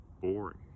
boring